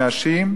מהשיעים,